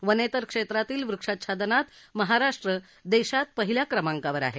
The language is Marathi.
वनेतर क्षेत्रातील वृक्षाच्छादनात महाराष्ट्र देशात पहिल्या क्रमांकावर आहे